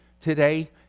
today